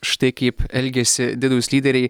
štai kaip elgiasi didūs lyderiai